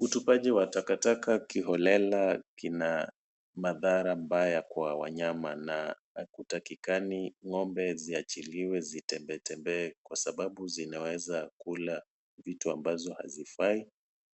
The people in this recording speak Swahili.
Utupaji wa takataka kiholela kina madhara mbaya kwa wanyama na hukutakikani ng'ombe ziachiliwe zitembee tembee kwa sababu zinaweza kula vitu ambazo hazifai